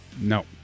No